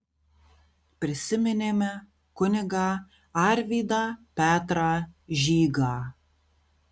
prisiminėme kunigą arvydą petrą žygą